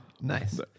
Nice